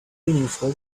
meaningful